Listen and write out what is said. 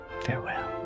Farewell